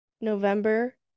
november